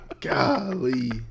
Golly